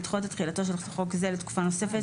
לדחות את תחילתו של חוק זה לתקופה נוספת